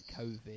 COVID